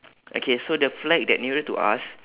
okay so the flag that nearer to us